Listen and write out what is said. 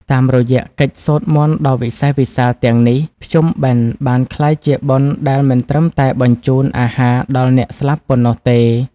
តាមរយៈកិច្ចសូត្រមន្តដ៏វិសេសវិសាលទាំងនេះ ភ្ជុំបិណ្ឌបានក្លាយជាបុណ្យដែលមិនត្រឹមតែបញ្ចូនអាហារដល់អ្នកស្លាប់ប៉ុណ្ណោះទេ